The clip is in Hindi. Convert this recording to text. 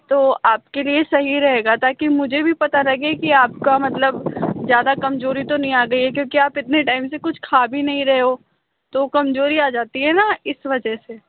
तो आपके लिए सही रहेगा ताकि मुझे भी पता लगे की आपका मतलब ज़्यादा कमजोरी तो नहीं आ गयी है क्योंकि आप इतने टाइम से कुछ खा भी नहीं रहे हो तो कमजोरी आ जाती है न तो इस वजह से